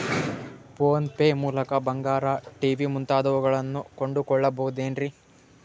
Phone pay ಮೂಲಕ ಬಂಗಾರ, TV ಮುಂತಾದವುಗಳನ್ನ ಕೊಂಡು ಕೊಳ್ಳಬಹುದೇನ್ರಿ?